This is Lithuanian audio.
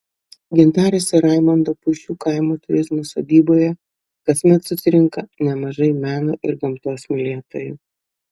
gintarės ir raimondo puišių kaimo turizmo sodyboje kasmet susirenka nemažai meno ir gamtos mylėtojų